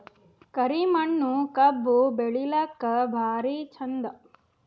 ಕರಿ ಮಣ್ಣು ಕಬ್ಬು ಬೆಳಿಲ್ಲಾಕ ಭಾರಿ ಚಂದ?